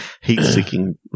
Heat-seeking